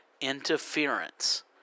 interference